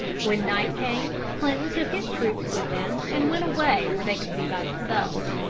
when night came, clinton took his troops with him and went away where they could be by themselves.